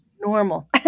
normal